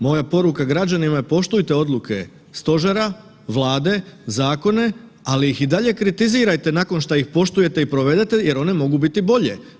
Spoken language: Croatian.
Moja poruka građanima je, poštujte odluke Stožera, Vlade, zakone, ali ih i dalje kritizirajte nakon što ih poštujete i provedete jer one mogu biti bolje.